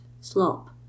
slop